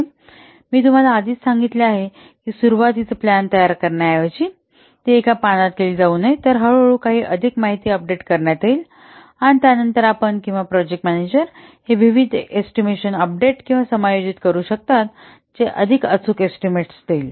आणि मी तुम्हाला आधीच सांगितले आहे की सुरुवातीची प्लान तयार करण्याऐवजी ती एका पानात केली जाऊ नये नंतर हळूहळू काही अधिक माहिती अपडेट करण्यात येईल त्यानंतर आपण किंवा प्रोजेक्ट मॅनेजर हे विविध अंदाज अपडेट किंवा समायोजित करू शकता जे अधिक अचूक एस्टीमेट्स देईल